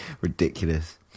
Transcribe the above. Ridiculous